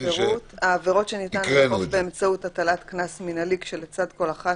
העבירות שניתן לאכוף באמצעות הטלת קנס מנהלי כשלצד כל אחת